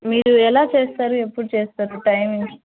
మీరు ఎలా చేస్తారు ఎప్పుడు చేస్తారు టైమింగ్స్